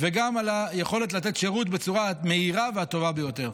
וגם על היכולת לתת שירות בצורה המהירה והטובה ביותר.